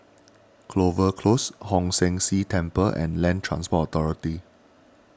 Clover Close Hong San See Temple and Land Transport Authority